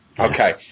Okay